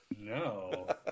no